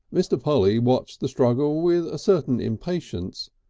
mr. polly watched the struggle with a certain impatience,